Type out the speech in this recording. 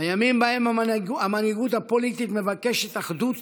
בימים שבהם המנהיגות הפוליטית מבקשת אחדות